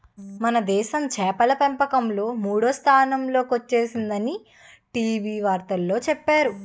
మనదేశం చేపల పెంపకంలో మూడో స్థానంలో కొచ్చేసిందని టీ.వి వార్తల్లో చెప్పేరు